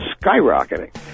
skyrocketing